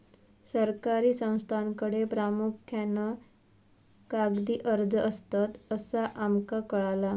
सरकारी संस्थांकडे प्रामुख्यान कागदी अर्ज असतत, असा आमका कळाला